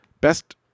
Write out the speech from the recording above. best